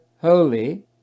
holy